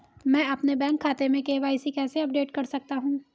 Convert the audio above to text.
मैं अपने बैंक खाते में के.वाई.सी कैसे अपडेट कर सकता हूँ?